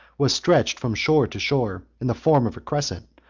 was stretched from shore to shore, in the form of a crescent,